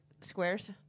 squares